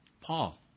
Paul